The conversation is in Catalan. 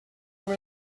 amb